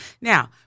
Now